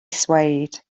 suede